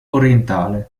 orientale